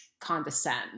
condescend